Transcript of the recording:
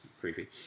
Creepy